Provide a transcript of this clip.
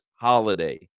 holiday